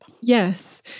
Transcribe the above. yes